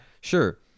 sure